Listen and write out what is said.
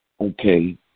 okay